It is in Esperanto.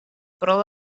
pro